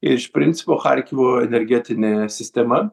iš principo charkivo energetinė sistema